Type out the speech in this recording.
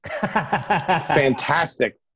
Fantastic